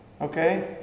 Okay